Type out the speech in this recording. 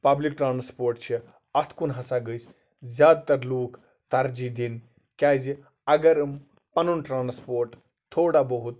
public transport چھُ اَتھ کُن ہسا گٔژھۍ زیادٕ تَر لوٗکھ ترجی دِنۍ کیازِ اَگر یِم پَنُن ٹرانَسپوٹ تھوڑا بہت